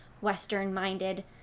western-minded